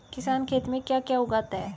किसान खेत में क्या क्या उगाता है?